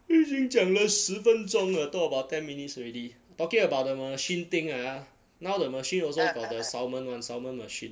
已经讲了十分钟了 talk about ten minutes already talking about the ma~ machine thing ah now the machine also got the salmon [one] salmon machine